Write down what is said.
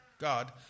God